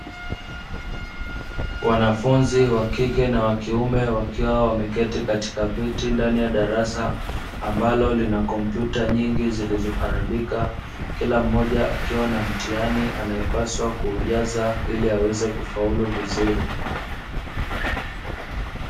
Wanafunzi wa kike na wa kiume wakiwa wameketi katika viti ndani ya darasa ambalo lina kompyuta nyingi zilizoharibika, kila mmoja akiwa na mtihani anayepaswa kuujaza ili aweze kufaulu vizuri.